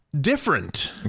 different